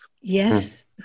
Yes